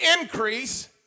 increase